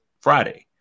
Friday